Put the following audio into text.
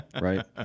Right